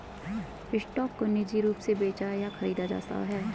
stock को निजी रूप से बेचा या खरीदा जाता है